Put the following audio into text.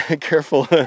careful